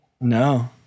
No